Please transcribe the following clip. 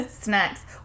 Snacks